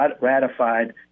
ratified